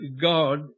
God